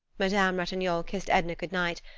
madame ratignolle kissed edna good-night,